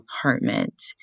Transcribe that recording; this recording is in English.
apartment